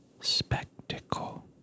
spectacle